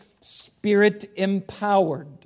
Spirit-empowered